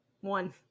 One